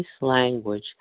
language